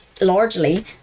largely